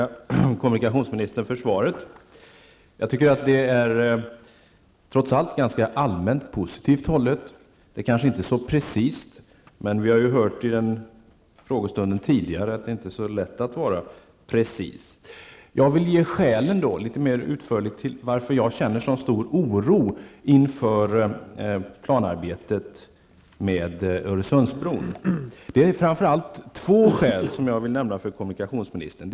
Herr talman! Jag tackar kommunikationsministern för svaret. Det är trots allt ganska allmänt positivt hållet. Det kanske inte är så precist, men vi har tidigare under denna frågestund hört att det inte är så lätt att vara precis. Jag vill litet mer utförligt ange skälen till att jag känner så stor oro inför planarbetet med Öresundsbron. Framför allt två skäl vill jag nämna för kommunikationsministern.